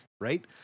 right